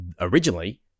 originally